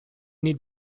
need